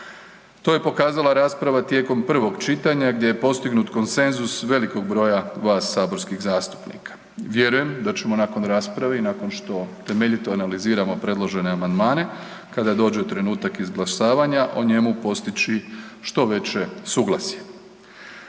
To je pokazala rasprava tijekom prvog čitanja gdje je postignut konsenzus velikog broja vas saborskih zastupnika. Vjerujem da ćemo nakon rasprave i nakon što temeljito analiziramo predložene amandmane kada dođe trenutak izglasavanja o njemu postići što veće suglasje.